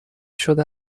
شده